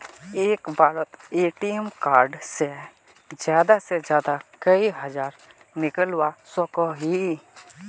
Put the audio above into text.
एक बारोत ATM card से ज्यादा से ज्यादा कई हजार निकलवा सकोहो ही?